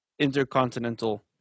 Intercontinental